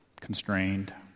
constrained